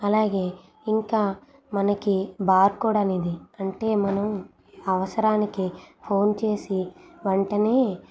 అలాగే ఇంకా మనకి బార్కోడ్ అనేది అంటే మనం అవసరానికి ఫోన్ చేసి వెంటనే